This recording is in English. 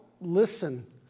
listen